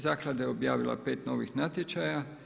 Zaklada je objavila 5 novih natječaja.